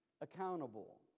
accountable